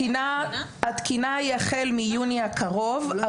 התקינה אמורה להתכנס החל מיוני הקרוב,